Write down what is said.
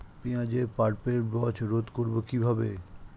পেঁয়াজের purple blotch রোধ করবো কিভাবে?